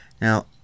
Now